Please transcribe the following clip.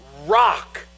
rock